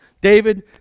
David